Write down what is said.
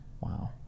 Wow